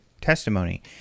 testimony